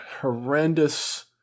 horrendous